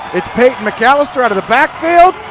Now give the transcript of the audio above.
it's peyton mcalister, out of the backfield.